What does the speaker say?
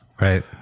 Right